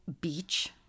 beach